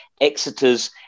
Exeter's